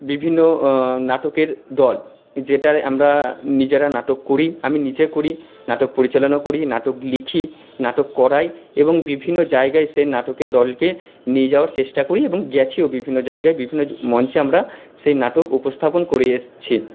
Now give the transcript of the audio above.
বিভিন্ন নাটকের দল যেটায় আমরা নিজেরা নাটক করি আমি নিজে করি নাটক পরিচালনাও করি নাটক লিখি নাটক করাই এবং বিভিন্ন জায়াগায় সেই নাটকের দলকে নিয়ে যাওয়ার চেষ্টা করি এবং গিয়েছিও বিভিন্ন জায়গায় বিভিন্ন মঞ্চে আমরা সেই নাটক উপস্থাপন করে এসেছি